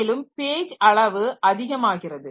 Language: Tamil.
மேலும் பேஜ் அளவு அதிகமாகிறது